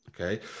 Okay